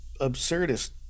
absurdist